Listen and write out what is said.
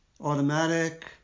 automatic